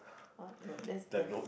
uh no that's death